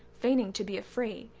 feigning to be afraid,